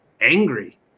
angry